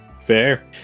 Fair